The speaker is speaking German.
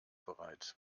bereit